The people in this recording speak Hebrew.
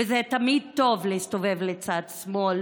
וזה תמיד טוב להסתובב לצד שמאל,